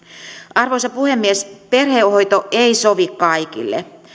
arvoisa puhemies perhehoito ei sovi kaikille